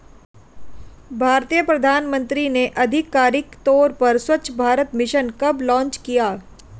भारतीय प्रधानमंत्री ने आधिकारिक तौर पर स्वच्छ भारत मिशन कब लॉन्च किया?